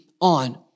on